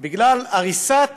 בגלל הריסת